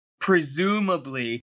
presumably